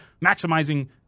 Maximizing